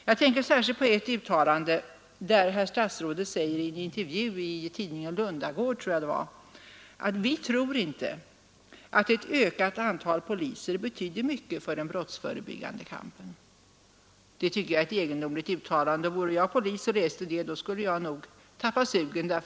Jag tänker särskilt på ett uttalande — jag tror det gjordes i en intervju i tidningen Lundagård där justitieministern säger att vi inte tror att ett ökat antal poliser betyder mycket för den brottsförebyggande kampen. Det är ett egendomligt uttalande. Om jag vore polis och fick läsa detta, skulle jag nog tappa sugen.